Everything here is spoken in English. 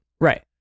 Right